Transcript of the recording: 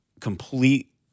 complete